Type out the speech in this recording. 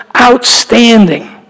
Outstanding